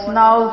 now